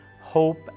hope